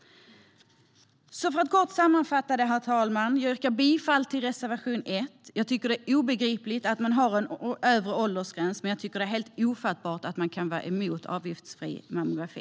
Låt mig göra en kort sammanfattning: Jag yrkar bifall till reservation 1, jag tycker att det är obegripligt att man har en övre åldersgräns och jag tycker att det är helt ofattbart att man kan vara emot avgiftsfri mammografi.